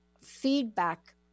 feedback